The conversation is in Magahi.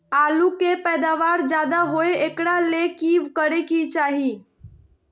आलु के पैदावार ज्यादा होय एकरा ले की करे के चाही?